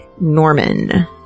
Norman